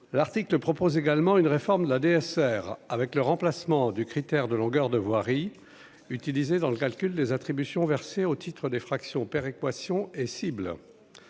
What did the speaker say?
l'article propose également une réforme de la DSR, avec le remplacement du critère de longueur de voiries utilisées dans le calcul des attributions versées au titre d'effraction péréquation et cible